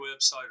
website